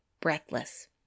breathless